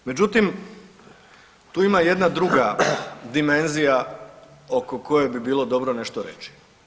Međutim, tu ima jedna druga dimenzija oko koje bi bilo dobro nešto reći.